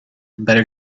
better